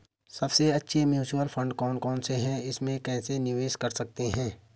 सबसे अच्छे mutual fund कौन कौनसे हैं इसमें कैसे निवेश कर सकते हैं?